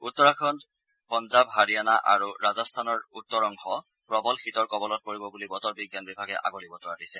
উত্তৰাখণ্ড পঞ্জাব হাৰিয়ানা আৰু ৰাজস্থানৰ উত্তৰ অংশ প্ৰবল শীতৰ কবলত পৰিব বুলি বতৰ বিজ্ঞান বিভাগে আগলিবতৰা দিছে